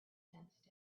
sensed